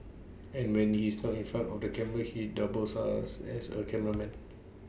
and when he's not in front of the camera he doubles us as A cameraman